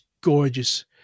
gorgeous